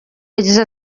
yagize